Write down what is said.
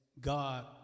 God